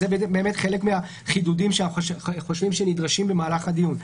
זה חלק מהחידודים שנדרשים במהלך הדיון.